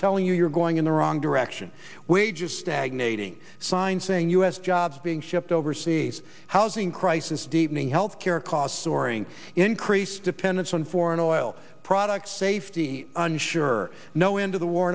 telling you you're going in the wrong direction wages stagnating signs saying u s jobs being shipped overseas housing crisis deepening health care costs soaring increase dependence on foreign oil product safety and sure no into the war